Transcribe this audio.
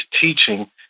teaching